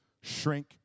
shrink